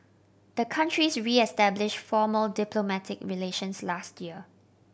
the countries reestablished formal diplomatic relations last year